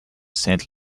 saint